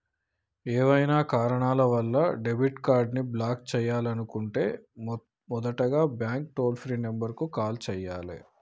ఏవైనా కారణాల వలన డెబిట్ కార్డ్ని బ్లాక్ చేయాలనుకుంటే మొదటగా బ్యాంక్ టోల్ ఫ్రీ నెంబర్ కు కాల్ చేయాలే